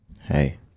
Hey